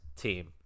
team